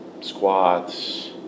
squats